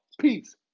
Peace